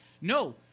No